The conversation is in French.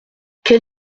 quel